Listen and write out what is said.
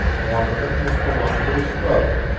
one of them had belonged to his brother,